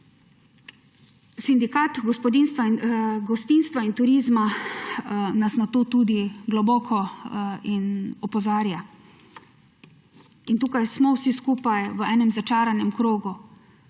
Sindikat gostinstva in turizma nas na to tudi globoko opozarja in tukaj smo vsi skupaj v enem začaranem krogu.